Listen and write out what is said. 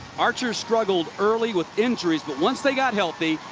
archer struggled early with injuries. but once they got healthy,